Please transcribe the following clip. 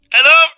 Hello